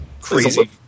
crazy